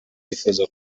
wifuza